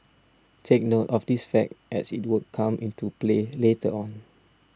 take note of this fact as it will come into play later on